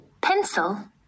pencil